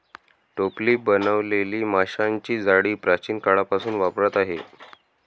टोपली बनवलेली माशांची जाळी प्राचीन काळापासून वापरात आहे